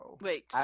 Wait